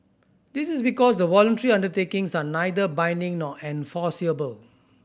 this is because the voluntary undertakings are neither binding nor enforceable